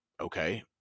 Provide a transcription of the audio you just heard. okay